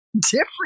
different